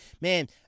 man